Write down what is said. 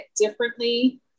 differently